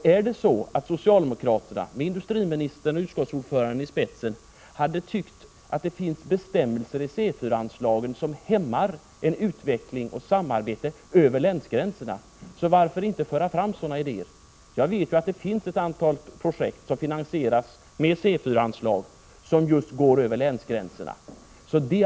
Om socialdemokraterna, med industriministern och utskottsordföranden i spetsen, tycker att det finns bestämmelser i C 4-anslaget som hämmar utvecklingen och samarbetet över länsgränserna, varför då inte föra fram sådana idéer? Jag vet att det finns ett antal projekt som finansieras med C 4-anslag som just går över länsgränserna.